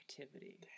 activity